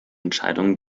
entscheidungen